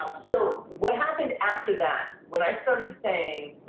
um so what happened after that, when i started saying,